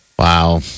Wow